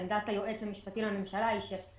עמדת היועץ המשפטי לממשלה היא ש- --.